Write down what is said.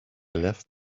left